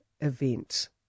event